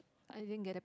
I didn't get it